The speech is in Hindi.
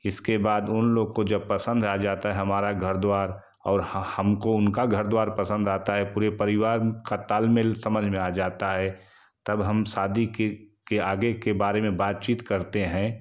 इसके बाद उन लोग को जब पसंद आ जाता है हमारा घर द्वार और ह हमको उनके घर द्वार पसंद आता है पूरे परिवार का ताल मेल समझ में आ जाता है तब हम शादी के के आगे के बारे में बातचीत करते हैं